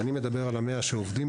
אני מדבר על 100 עוזרי הרופא שכבר עובדים